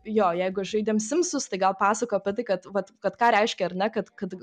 jo jeigu žaidėm simsus tai gal pasakojo apie tai kad vat kad ką reiškia ar ne kad kad